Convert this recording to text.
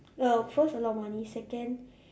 uh first a lot of money second